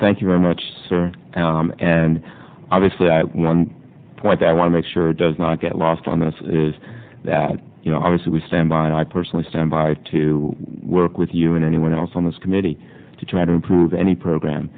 thank you very much sir and obviously one point i want to make sure does not get lost on this is that you know obviously we stand by and i personally stand by to work with you and anyone else on this committee to try to improve any program